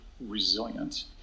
resilient